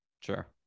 Sure